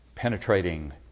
Penetrating